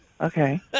Okay